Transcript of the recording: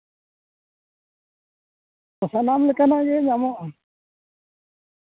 ᱥᱟᱱᱟᱢ ᱞᱮᱠᱟᱱᱟᱜ ᱜᱮ ᱧᱟᱢᱚᱜᱼᱟ